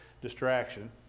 distraction